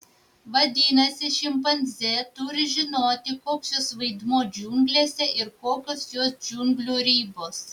vadinasi šimpanzė turi žinoti koks jos vaidmuo džiunglėse ir kokios jos džiunglių ribos